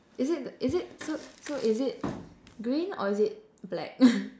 is it is it so is it green or is it black